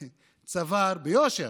ביושר,